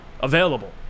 Available